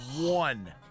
One